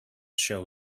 show